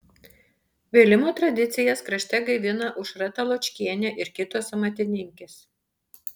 vėlimo tradicijas krašte gaivina aušra taločkienė ir kitos amatininkės